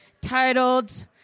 titled